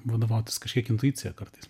vadovautis kažkiek intuicija kartais